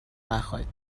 نخایید